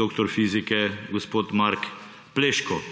doktor fizike gospod Mark Pleško.